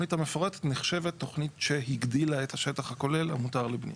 התוכנית המפורטת נחשבת תוכנית שהגדילה את השטח הכולל המותר לבנייה.